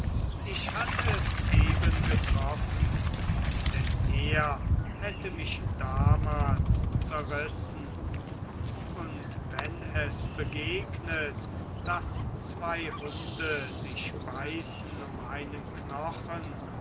ich hatt es eben getroffen denn er hätte mich damals zerrissen und wenn es begegnet daß zwei hunde sich beißen um einen knochen